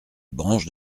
branches